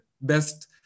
best